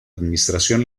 administración